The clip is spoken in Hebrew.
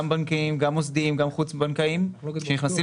גם בנקים גם מוסדיים גם חוץ בנקאיים שנכנסים